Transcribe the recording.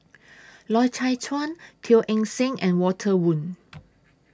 Loy Chye Chuan Teo Eng Seng and Walter Woon